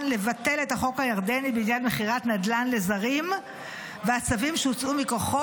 לבטל את החוק הירדני בעניין מכירת נדל"ן לזרים והצווים שהוצאו מכוחו,